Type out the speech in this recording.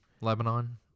Lebanon